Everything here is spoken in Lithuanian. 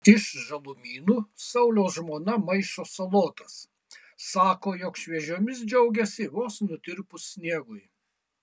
iš žalumynų sauliaus žmona maišo salotas sako jog šviežiomis džiaugiasi vos nutirpus sniegui